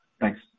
Thanks